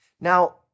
Now